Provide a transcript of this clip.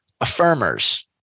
Affirmers